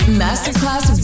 masterclass